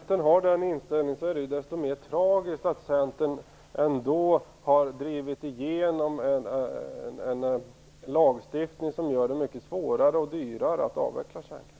Herr talman! Om Centern har den inställningen är det desto mer tragiskt att Centern ändå har drivit igenom en lagstiftning som gör det mycket svårare och dyrare att avveckla kärnkraften.